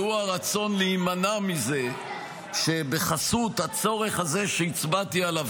והוא הרצון להימנע מזה שבחסות הצורך הזה שהצבעתי עליו